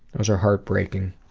those are heartbreaking.